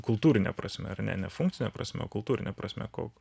kultūrine prasme ar ne ne funkcine prasme o kultūrine prasme ko